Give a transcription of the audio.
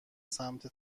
سمت